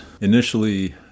initially